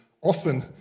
often